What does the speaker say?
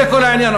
זה כל העניין,